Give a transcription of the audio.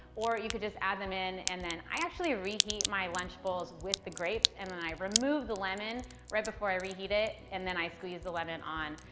or you could just add them in, and then i actually reheat my lunch bowls with the grapes, and then i remove the lemon right before i reheat it. and then i squeeze the lemon on,